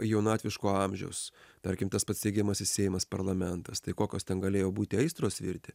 jaunatviško amžiaus tarkim tas pats steigiamasis seimas parlamentas tai kokios ten galėjo būti aistros virti